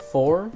Four